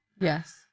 Yes